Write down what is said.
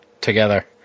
together